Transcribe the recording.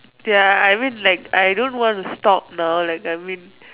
ya I mean like I don't want to stop now like I mean